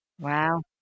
Wow